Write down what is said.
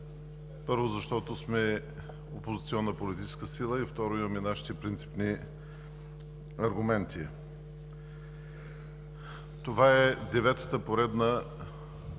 първо, защото сме опозиционна политическа сила и, второ, имаме нашите принципни аргументи. Това е деветата поредна